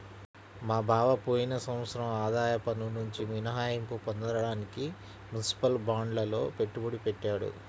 మా బావ పోయిన సంవత్సరం ఆదాయ పన్నునుంచి మినహాయింపు పొందడానికి మునిసిపల్ బాండ్లల్లో పెట్టుబడి పెట్టాడు